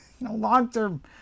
long-term